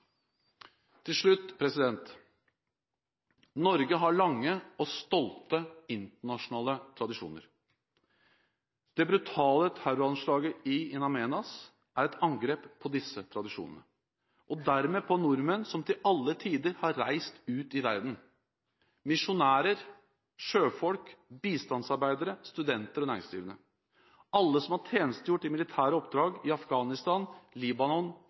Til slutt: Norge har lange og stolte internasjonale tradisjoner. Det brutale terroranslaget i In Amenas er et angrep på disse tradisjonene og dermed på nordmenn som til alle tider har reist ut i verden: misjonærer, sjøfolk, bistandsarbeidere, studenter, næringsdrivende og alle som har tjenestegjort i militære oppdrag i Afghanistan, Libanon,